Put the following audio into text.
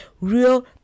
real